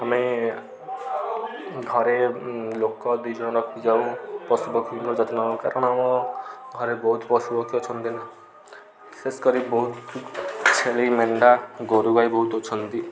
ଆମେ ଘରେ ଲୋକ ଦୁଇ ଜଣ ରଖିକି ଯାଉ ପଶୁପକ୍ଷୀଙ୍କ ଯତ୍ନ କାରଣ ଆମ ଘରେ ବହୁତ ପଶୁପକ୍ଷୀ ଅଛନ୍ତି ବିଶେଷ କରି ବହୁତ ଛେଳି ମେଣ୍ଢା ଗୋରୁ ଗାଈ ବହୁତ ଅଛନ୍ତି